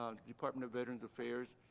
and the department of veterans affairs,